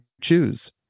choose